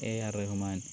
A R Rahman